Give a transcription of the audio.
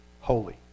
holy